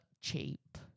cheap